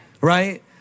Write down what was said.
right